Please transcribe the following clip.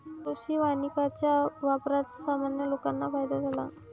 कृषी वानिकाच्या वापराचा सामान्य लोकांना फायदा झाला